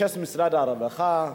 יש משרד הרווחה.